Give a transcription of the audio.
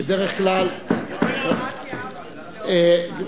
מדינת ישראל היא אחת המדינות הבודדות,